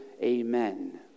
Amen